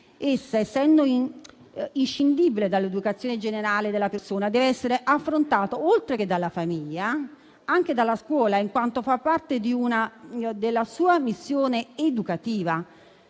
essendo inscindibile dall'educazione generale della persona, deve essere affrontata, oltre che dalla famiglia, anche dalla scuola, in quanto fa parte della sua missione educativa.